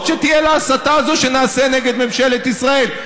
שתהיה להסתה הזו שנעשה נגד ממשלת ישראל?